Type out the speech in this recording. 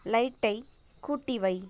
லைட்டை கூட்டி வை